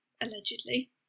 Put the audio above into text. allegedly